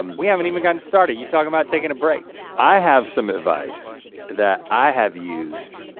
um we haven't even gotten started, you talking about taking a break. i have some advice that i have used.